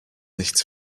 nichts